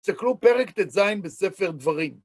תסתכלו פרק ט"ז בספר דברים.